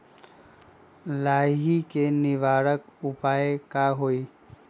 लाही के निवारक उपाय का होई?